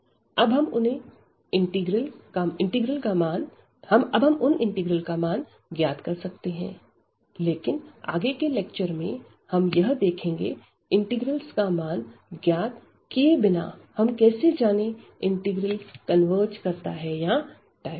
अतः हम उन इंटीग्रल्स का मान ज्ञात कर सकते हैं लेकिन आगे के लेक्चर में हम यह देखेंगे इंटीग्रल्स का मान ज्ञात किए बिना हम यह कैसे जाने इंटीग्रल कन्वर्ज करता है या डायवर्ज